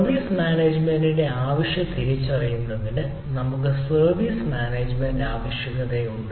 service management ആവശ്യകത തിരിച്ചറിയുന്നതിന് നമ്മൾക്ക് സർവീസ് മാനേജുമെന്റ് ആവശ്യകതയുണ്ട്